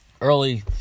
Early